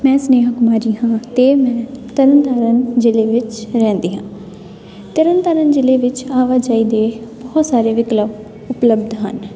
ਮੈਂ ਸਨੇਹਾ ਕੁਮਾਰੀ ਹਾਂ ਅਤੇ ਮੈਂ ਤਰਨ ਤਾਰਨ ਜ਼ਿਲ੍ਹੇ ਵਿੱਚ ਰਹਿੰਦੀ ਹਾਂ ਤਰਨ ਤਾਰਨ ਜ਼ਿਲ੍ਹੇ ਵਿੱਚ ਆਵਾਜਾਈ ਦੇ ਬਹੁਤ ਸਾਰੇ ਵਿਕਲਪ ਉਪਲਬਧ ਹਨ